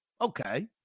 Okay